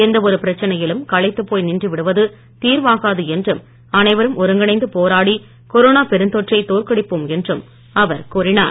எந்த ஒரு பிரச்சனையிலும் களைத்துப் போய் நின்றுவிடுவது தீர்வாகாது என்றும் அனைவரும் ஒருங்கிணைந்து போராடி கொரோனா பெருந்தொற்றை தோற்கடிப்போம் என்றும் அவர் கூறினார்